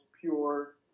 pure